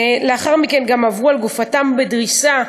לאחר מכן גם עברו על גופותיהם בדריסה.